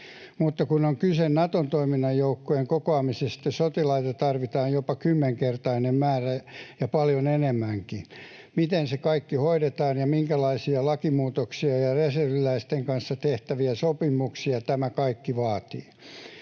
Mutta kun on kyse Naton nopean toiminnan joukkojen kokoamisesta, sotilaita tarvitaan jopa kymmenkertainen määrä ja paljon enemmänkin. Miten se kaikki hoidetaan, ja minkälaisia lakimuutoksia ja reserviläisten kanssa tehtäviä sopimuksia tämä kaikki vaatii?